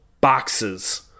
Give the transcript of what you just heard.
boxes